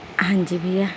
ਹਾਂਜੀ ਬਈਆ